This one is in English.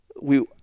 we-